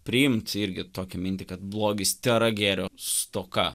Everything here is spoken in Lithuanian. priimti irgi tokią mintį kad blogis tėra gėrio stoka